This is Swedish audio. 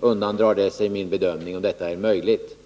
det undandrar sig min bedömning om detta är möjligt.